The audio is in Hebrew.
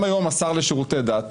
הם היום השר לשירותי דת,